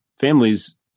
families